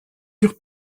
eurent